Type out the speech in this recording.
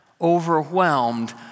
overwhelmed